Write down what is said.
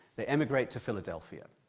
they emigrate to philadelphia.